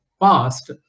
past